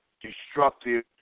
Destructive